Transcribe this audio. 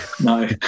No